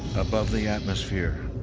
above the atmosphere,